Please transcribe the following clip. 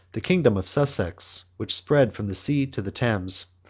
the kingdom of sussex, which spread from the sea to the thames,